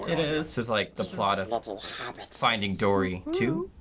it is. this is like the plot and of so finding dory two?